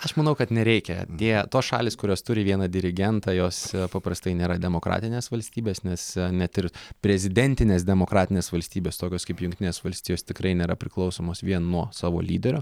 aš manau kad nereikia tie tos šalys kurios turi vieną dirigentą jos paprastai nėra demokratinės valstybės nes net ir prezidentinės demokratinės valstybės tokios kaip jungtinės valstijos tikrai nėra priklausomos vien nuo savo lyderio